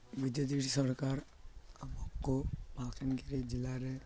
ବି J D ସରକାର ଆମକୁ ମାଲକାନଗିରି ଜିଲ୍ଲାରେ